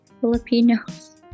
Filipinos